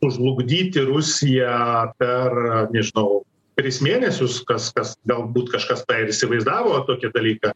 sužlugdyti rusiją per nežinau tris mėnesius kas kas galbūt kažkas tą ir įsivaizdavo tokį dalyką